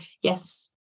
yes